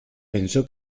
pensó